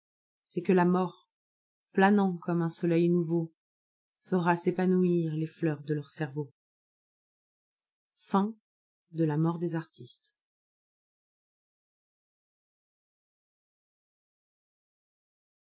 c'est que la mort planant comme un soleil nouveau fera s'épanouir les fleurs de leur cerveaux de la